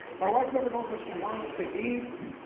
my wife never knows what she wants to eat.